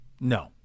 No